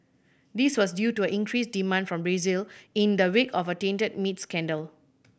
this was due to an increased demand from Brazil in the wake of a tainted meat scandal